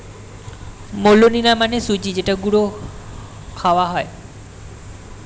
semolina মানে সুজি যেটা গুঁড়ো খাওয়া হয়